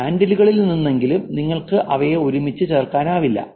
ഹാൻഡിലുകളിൽ നിന്നെങ്കിലും നിങ്ങൾക്ക് അവയെ ഒരുമിച്ച് ചേർക്കാനാവില്ല